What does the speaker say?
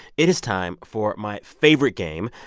it is time for my favorite game,